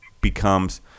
becomes